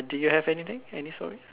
do you have anything any stories